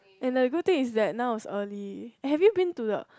and I don't think is that now is early have you been to the